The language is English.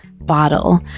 bottle